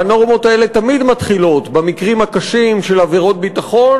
והנורמות האלה תמיד מתחילות במקרים הקשים של עבירות ביטחון,